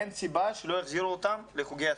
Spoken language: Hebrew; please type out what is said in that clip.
אין סיבה שלא יחזירו אותם לחוגי הספורט.